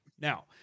Now